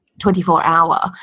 24-hour